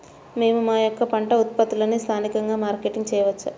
మేము మా యొక్క పంట ఉత్పత్తులని స్థానికంగా మార్కెటింగ్ చేయవచ్చా?